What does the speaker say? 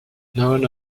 none